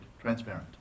transparent